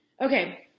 Okay